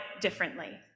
differently